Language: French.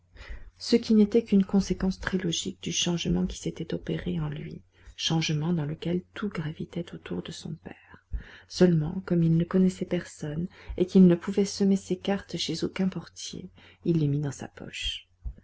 ce qui n'était qu'une conséquence très logique du changement qui s'était opéré en lui changement dans lequel tout gravitait autour de son père seulement comme il ne connaissait personne et qu'il ne pouvait semer ces cartes chez aucun portier il les mit dans sa poche